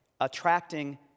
attracting